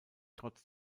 trotz